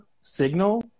signal